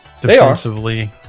Defensively